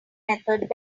method